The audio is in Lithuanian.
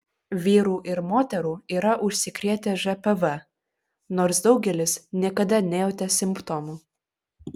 vyrų ir moterų yra užsikrėtę žpv nors daugelis niekada nejautė simptomų